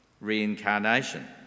Reincarnation